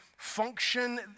Function